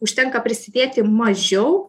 užtenka prisidėti mažiau